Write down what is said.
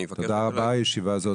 תודה רבה, הישיבה הזאת נעולה.